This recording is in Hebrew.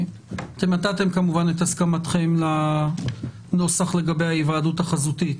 נתתם כמובן את הסכמתכם על הנוסח לגבי ההיוועדות החזותית,